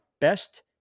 best